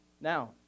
Now